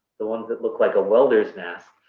the ones that look like a welder's mask,